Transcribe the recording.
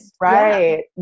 Right